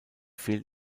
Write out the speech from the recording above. fehlt